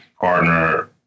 partner